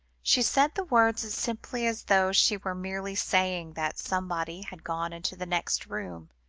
she said the words as simply as though she were merely saying that somebody had gone into the next room,